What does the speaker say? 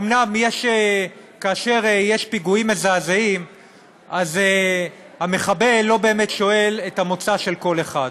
אומנם כאשר יש פיגועים מזעזעים המחבל לא באמת שואל מה המוצא של כל אחד,